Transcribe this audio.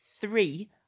three